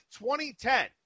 2010